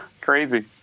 Crazy